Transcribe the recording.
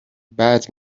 بعد